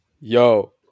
yo